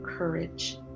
courage